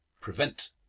prevent